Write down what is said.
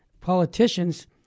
politicians